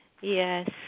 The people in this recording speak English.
yes